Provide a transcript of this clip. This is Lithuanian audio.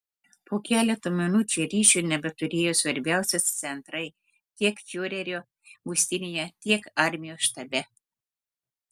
po keleto minučių ryšio nebeturėjo svarbiausi centrai tiek fiurerio būstinėje tiek armijos štabe